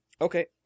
Okay